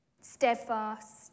steadfast